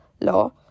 law